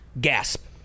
gasp